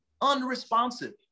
unresponsive